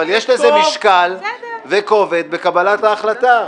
אבל יש לזה משקל וכובד בקבלת ההחלטה.